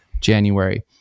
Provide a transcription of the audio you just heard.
January